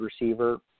receiver